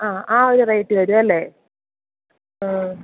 ആ ആ ഒരു റേറ്റ് വരും അല്ലെ ആ